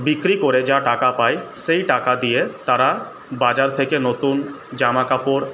বিক্রি করে যা টাকা পায় সেই টাকা দিয়ে তারা বাজার থেকে নতুন জামা কাপড়